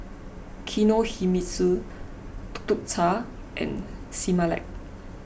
Kinohimitsu Tuk Tuk Cha and Similac